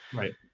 right.